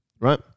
right